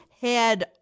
head